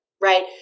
right